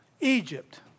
Egypt